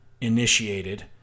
initiated